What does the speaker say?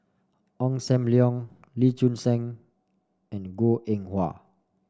Ong Sam Leong Lee Choon Seng and Goh Eng Wah